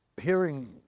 hearing